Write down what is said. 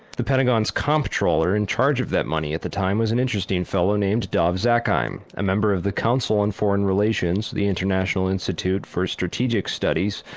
the pentagon's comptroller in charge of that money at the time was an interesting fellow named dov zakheim, a member of the council on foreign relations, the international institute for strategic studies,